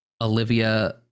olivia